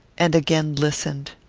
and again listened.